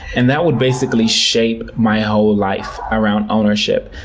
and that would basically shape my whole life around ownership.